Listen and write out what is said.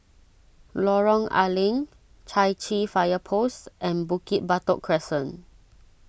Lorong A Leng Chai Chee Fire Post and Bukit Batok Crescent